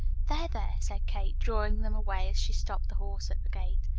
there, there, said kate, drawing them away as she stopped the horse at the gate.